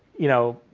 you know,